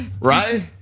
Right